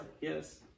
Yes